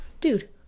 dude